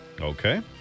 Okay